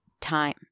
time